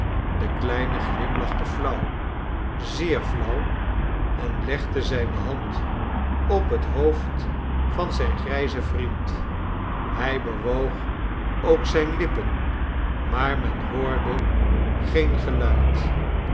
de kleine glimlachte flauw zeer flauw en legde zijne hand op het hoofd van zijn grijzen vriend hij bewoog ook zijne lippen maar men hoorde geen geluid